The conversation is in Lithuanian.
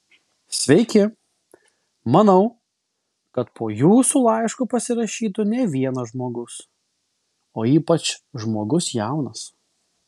sveiki manau kad po jūsų laišku pasirašytų ne vienas žmogus o ypač žmogus jaunas